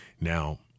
Now